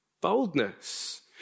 Boldness